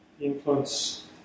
influence